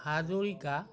Hazarika